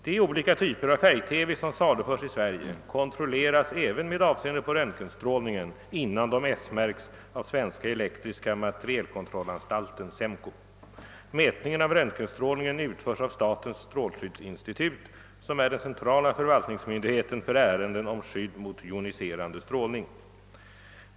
De olika typer av färg-TV som saluförs i Sverige kontrolleras även med avseende på röntgenstrålningen innan de S-märks av Svenska Elektriska Mateterielkontrollanstalten . Mätningen av röntgenstrålningen utförs av statens strålskyddsinstitut, som är den centrala förvaltningsmyndigheten för ärenden om skydd mot joniserande strålning.